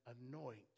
anoint